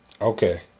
Okay